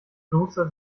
kloster